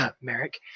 Merrick